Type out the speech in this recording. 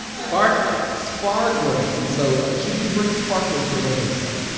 sparklers? sparklers, and so should you bring sparklers to the residence hall?